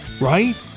right